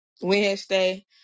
Wednesday